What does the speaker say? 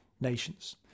nations